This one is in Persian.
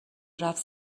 رفت